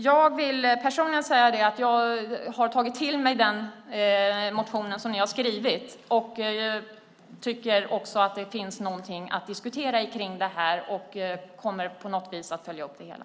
Jag vill personligen säga att jag har tagit till mig den motion som ni har skrivit, tycker att det finns någonting att diskutera här och på något vis kommer att följa upp det hela.